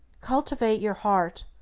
cultivate your heart.